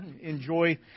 Enjoy